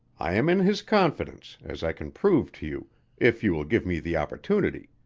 i am in his confidence, as i can prove to you if you will give me the opportunity.